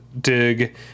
dig